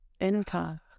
Anytime